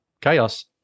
chaos